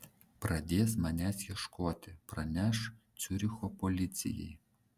pradės manęs ieškoti praneš ciuricho policijai